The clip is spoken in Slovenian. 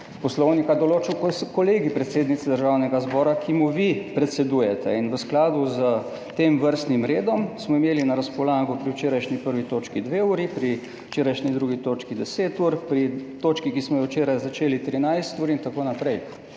Poslovnika določil Kolegij predsednice Državnega zbora, ki mu vi predsedujete. In v skladu s tem vrstnim redom smo imeli na razpolago pri včerajšnji 1. točki dve uri, pri včerajšnji 2. točki 10 ur, pri točki, ki smo jo včeraj začeli, 13 ur in tako naprej.